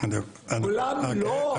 כולם לא.